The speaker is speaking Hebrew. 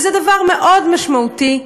וזה דבר מאוד משמעותי,